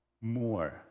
more